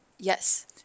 Yes